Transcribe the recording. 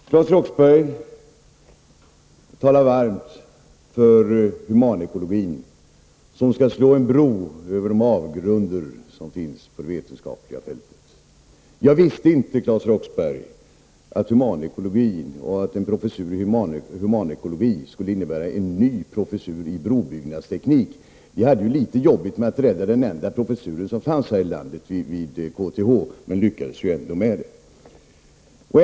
Herr talman! Claes Roxbergh talar varmt för humanekologin, som skall slå en bro över de avgrunder som finns på de vetenskapliga fälten. Jag visste inte, Claes Roxbergh, att en professur i humanekologi skulle innebära en ny professur i brobyggnadsteknik. Vi hade det litet jobbigt att rädda den enda professur i det ämnet som fanns här i landet, vid KTH, men lyckades ju ändå med det.